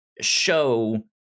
show